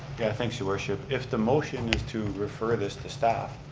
yeah, thanks, your worship. if the motion is to refer this to staff,